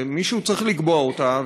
ומישהו צריך לקבוע אותה.